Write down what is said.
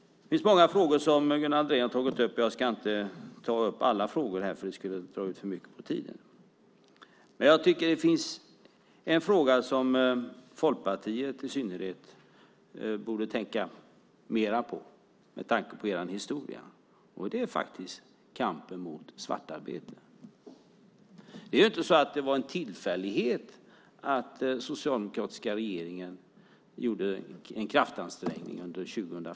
Gunnar Andrén har tagit upp många frågor. Jag ska inte ta upp alla dem, det skulle dra ut för mycket på tiden. Men jag tycker att det finns en fråga som Folkpartiet i synnerhet borde tänka mera på med tanke på sin historia. Det är faktiskt kampen mot svartarbete. Det var inte en tillfällighet att den socialdemokratiska regeringen gjorde en kraftansträngning under 2005.